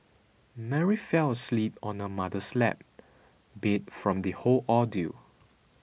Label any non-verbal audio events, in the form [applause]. Mary fell asleep on her mother's lap [noise] beat from the whole ordeal